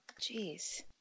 Jeez